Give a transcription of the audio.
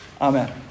Amen